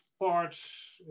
parts